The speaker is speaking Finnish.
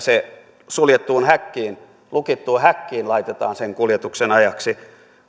suljettuun häkkiin lukittuun häkkiin laitetaan sen kuljetuksen ajaksi